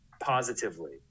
positively